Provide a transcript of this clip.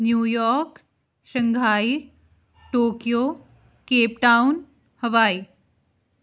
New York Shanghai Tokyo Cape Town ਹਵਾਈ